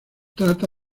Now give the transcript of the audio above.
trata